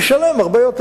ישלם הרבה יותר.